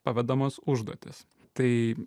pavedamos užduotys tai